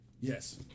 Yes